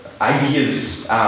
ideas